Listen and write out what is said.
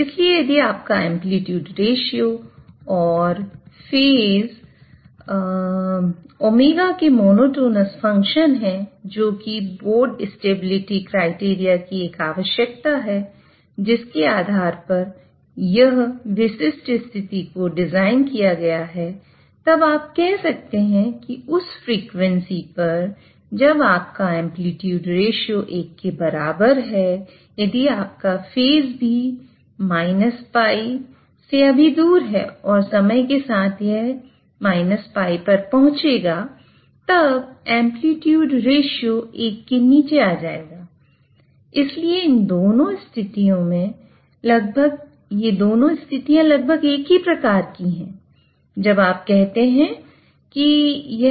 इसलिए यदि आपका एंप्लीट्यूड रेश्यो है